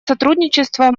сотрудничество